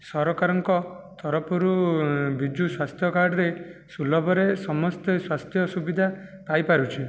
ସରକାରଙ୍କ ତରଫରୁ ବିଜୁ ସ୍ୱାସ୍ଥ୍ୟ କାର୍ଡ଼ରେ ସୁଲଭରେ ସମସ୍ତେ ସ୍ୱାସ୍ଥ୍ୟ ସୁବିଧା ପାଇପାରୁଛେ